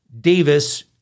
Davis